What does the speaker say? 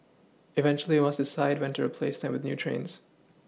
eventually we must decide when to replace them with new trains